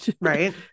Right